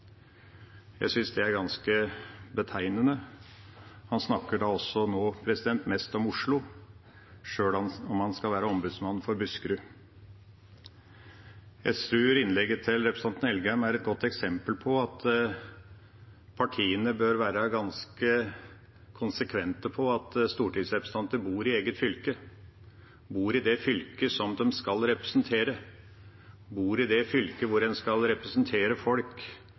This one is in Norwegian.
Jeg synes det er ganske betegnende. Han snakker også nå mest om Oslo, sjøl om han skal være ombudsmann for Buskerud. Jeg tror innlegget til representanten Engen-Helgheim er et godt eksempel på at partiene bør være ganske konsekvent på at stortingsrepresentanter bor i eget fylke, bor i det fylket de skal representere, bor i det fylket hvor de skal representere folk,